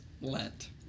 Lent